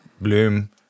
Bloom